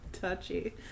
touchy